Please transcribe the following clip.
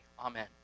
Amen